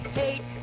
hate